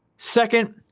second,